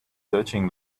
searching